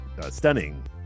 stunning